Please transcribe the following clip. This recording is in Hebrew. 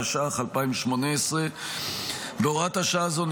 התשע"ח 2018. בהוראת השעה הזו,